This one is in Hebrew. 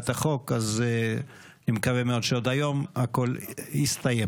זאת בשורת השלום האמיתית: ניצחון הטוב על הרוע.